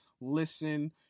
listen